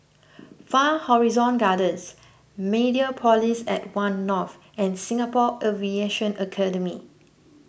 Far Horizon Gardens Mediapolis at one North and Singapore Aviation Academy